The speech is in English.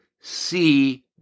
see